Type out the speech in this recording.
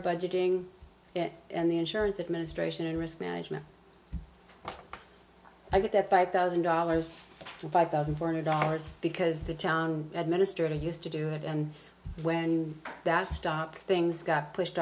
budgeting and the insurance administration in risk management i get that by thousand dollars to five thousand four hundred dollars because the town administering it used to do it and when that stopped things got pushed